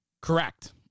Correct